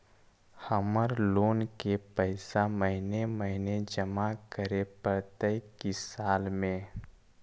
हमर लोन के पैसा महिने महिने जमा करे पड़तै कि साल में?